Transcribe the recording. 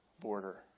border